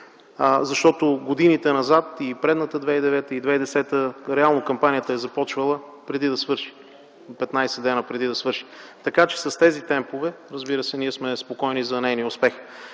Защото в годините назад – и предната 2009г. и 2010 г., реално кампанията е започвала 15 дни преди да свърши, така че с тези темпове, разбира се, ние сме спокойни за нейния успех.